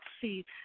see